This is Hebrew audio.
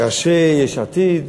וראשי יש עתיד,